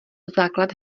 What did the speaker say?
základ